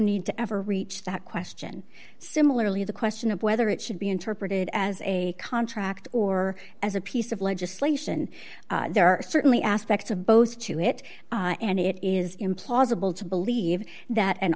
need to ever reach that question similarly the question of whether it should be interpreted as a contract or as a piece of legislation there are certainly aspects of both to it and it is implausible to believe that an